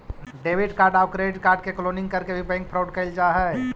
debit card आउ credit card के cloning करके भी बैंक फ्रॉड कैल जा हइ